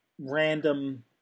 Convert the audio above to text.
random